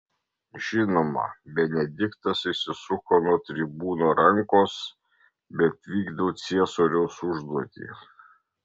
žinoma benediktas išsisuko nuo tribūno rankos bet vykdau ciesoriaus užduotį